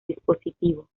dispositivo